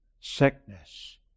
Sickness